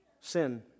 Sin